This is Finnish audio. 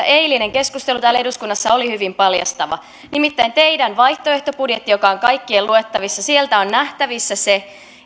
eilinen keskustelu täällä eduskunnassa oli hyvin paljastava nimittäin teidän vaihtoehtobudjetistanne joka on kaikkien luettavissa on nähtävissä se